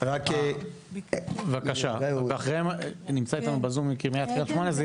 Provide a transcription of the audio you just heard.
בבקשה, ואחריהם קריית שמונה.